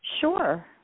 Sure